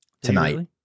Tonight